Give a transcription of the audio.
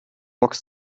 ochs